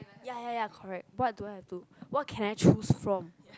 ya ya ya correct what do I have to do what can I choose from